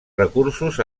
recursos